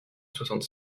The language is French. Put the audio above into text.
soixante